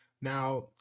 Now